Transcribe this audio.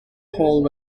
whole